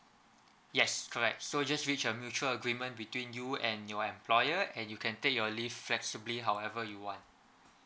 yes correct so just reach a mutual agreement between you and your employer and you can take your leave flexibly however you want